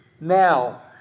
now